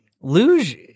luge